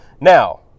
Now